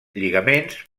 lligaments